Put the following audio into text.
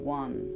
one